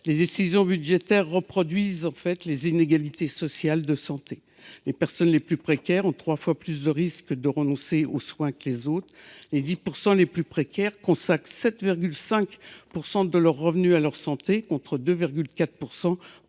Les décisions budgétaires reproduisent en fait les inégalités sociales de santé. Les personnes les plus précaires ont trois fois plus de risques de renoncer aux soins que les autres, les 10 % les plus précaires consacrent 7,5 % de leurs revenus à leur santé, contre 2,4